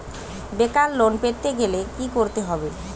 বেকার লোন পেতে গেলে কি করতে হবে?